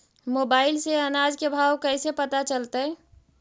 Mobile से अनाज के भाव कैसे पता चलतै?